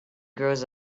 grows